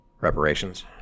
Reparations